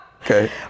Okay